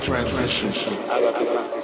Transition